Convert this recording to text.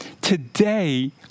today